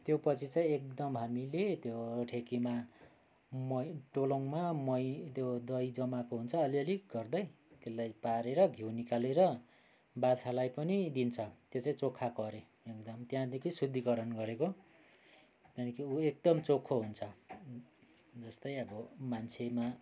त्यो पछि चाहिँ एकदम हामीले त्यो ठेकीमा मही टोलनमा मही त्यो दही जमाएको हुन्छ अलिअलि गर्दै त्यसलाई पारेर घिउ निकालेर बाछालाई पनि दिन्छ त्यो चाहिँ चोखाएको अरे एकदम त्यहाँदेखि शुद्धिकरण गरेको त्यहाँदेखि ऊ एकदम चोखो हुन्छ जस्तै अब मान्छेमा